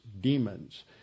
demons